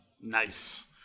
Nice